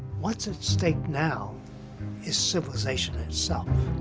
what's at stake now is civilization itself.